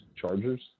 Chargers